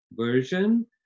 Version